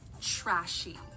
trashy